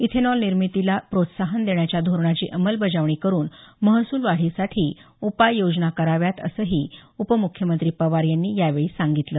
इथेनॉलनिर्मितीला प्रोत्साहन देण्याच्या धोरणाची अंमलबजावणी करुन महसूलवाढीसाठी उपाययोजना कराव्यात असंही उपमुख्यमंत्री पवार यांनी यावेळी सांगितलं